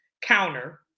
counter